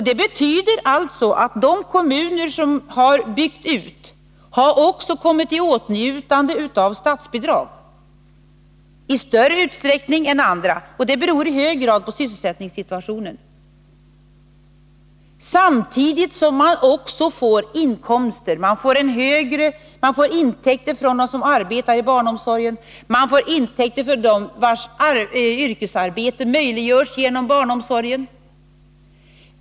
Det betyder alltså att de kommuner som har byggt ut sin barnomsorg också har kommit i åtnjutande av statsbidrag i större utsträckning än andra kommuner — och det beror i hög grad på sysselsättningssituationen — samtidigt som man där också får inkomster: man får intäkter både från dem som arbetar inom barnomsorgen och från dem vilkas yrkesarbete möjliggörs genom barnomsorgen.